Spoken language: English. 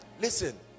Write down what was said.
Listen